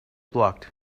blocked